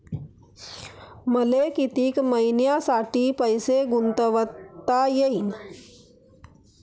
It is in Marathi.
मले कितीक मईन्यासाठी पैसे गुंतवता येईन?